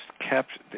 kept